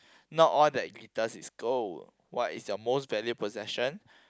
not all that glitters is gold what is your most valued possession